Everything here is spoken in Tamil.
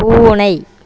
பூனை